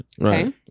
right